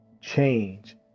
change